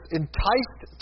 enticed